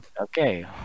Okay